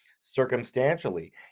circumstantially